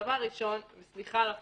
דבר ראשון, וסליחה על הפורמליסטיקה,